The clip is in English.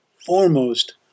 foremost